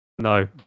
No